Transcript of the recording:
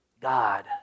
God